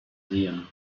sehen